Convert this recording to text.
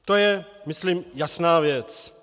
To je myslím jasná věc.